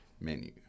menu